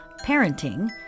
parenting